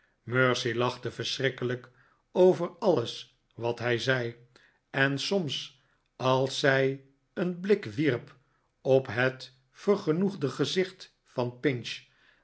mercy lachte verschrikkelijk over alles wat hij zei en soms als zij een blik wierp op het vergenoegde gezicht van pinch